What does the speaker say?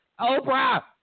Oprah